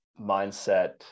mindset